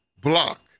block